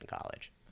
college